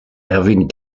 erwin